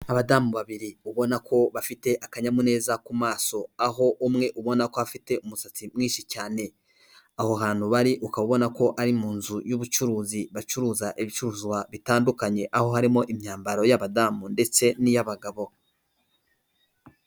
Abadamu babiri ubona ko bafite akanyamuneza ku maso, aho umwe ubona ko afite umusatsi mwinshi cyane, aho hantu bari ukaba ubona ko ari mu nzu y'ubucuruzi bacuruza ibicuruzwa bitandukanye, aho harimo imyambaro y'abadamu ndetse n'iy'abagabo.